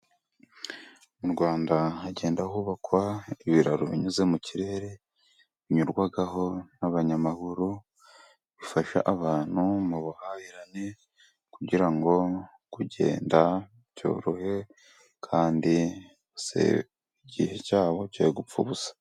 Mu Rwanda hagenda hubakwa ibiraro binyuze mu kirere, binyurwaho n'abanyamaguru bifasha abantu mu buhahirane, kugira ngo kugenda byorohe kandi se igihe cyabo cyo gupfa ubusa.